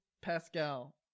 Pascal